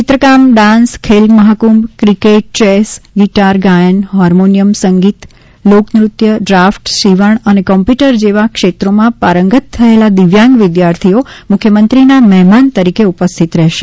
ચિત્રકામ ડાન્સ ખેલમહાકુંભ cricket chess guitar ગાયન હારમોનિયમ સંગીત લોકનૃત્ય ડ્રાફ્ટ સિવણ અને કોમ્પ્યુટર જેવા ક્ષેત્રોમાં પારંગત થયેલા દિવ્યાંગ વિદ્યાર્થીઓ મુખ્યમંત્રીના મહેમાન તરીકે ઉપસ્થિત રહેશે